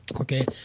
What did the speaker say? Okay